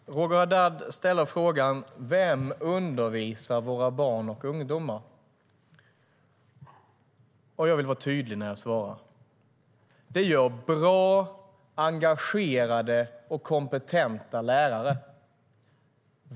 Herr talman! Roger Haddad ställer frågan om vilka som undervisar våra barn och ungdomar. Jag vill vara tydlig när jag svarar: Det gör bra, engagerade och kompetenta lärare.